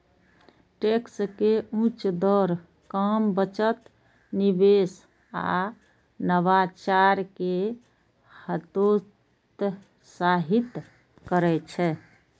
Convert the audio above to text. tax के उच्च दर काम, बचत, निवेश आ नवाचार कें हतोत्साहित करै छै